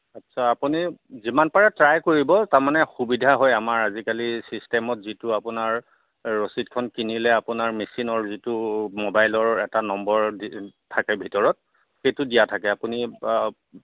আচ্ছা আপুনি যিমান পাৰে ট্ৰাই কৰিব তাৰ মানে সুবিধা হয় আমাৰ আজিকালি ছিষ্টেমট যিটো আপোনাৰ ৰচিদখন কিনিলে আপোনাৰ মেচিনৰ যিটো মোবাইলৰ এটা নম্বৰ দি থাকে ভিতৰত সেইটো দিয়া থাকে আপুনি